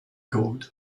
goat